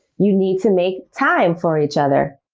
you need to make time for each other.